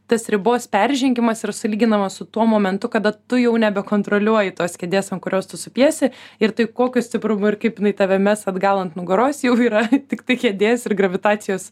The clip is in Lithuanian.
tas ribos peržengimas yra sulyginamas su tuo momentu kada tu jau nebekontroliuoji tos kėdės ant kurios tu supiesi ir tai kokio stiprumo ir kaip jinai tave mes atgal ant nugaros jau yra tiktai kėdės ir gravitacijos